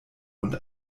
und